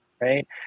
right